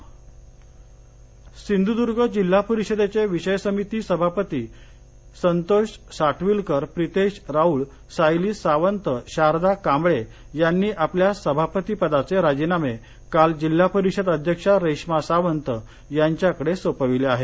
सिंधर्द्य राजीनामे सिंधुदुर्ग जिल्हा परिषदेचे विषय समिती सभापती संतोष साटविलकर प्रितेश राऊळ सायली सावंत शारदा कांबळे यांनी आपल्या सभापती पदाचे राजीनामे काल जिल्हा परिषद अध्यक्षा रेश्मा सावंत यांच्याकडे सोपविले आहेत